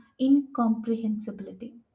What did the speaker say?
incomprehensibility